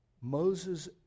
Moses